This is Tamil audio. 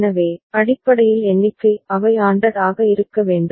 எனவே அடிப்படையில் எண்ணிக்கை அவை ANDed ஆக இருக்க வேண்டும்